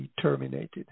terminated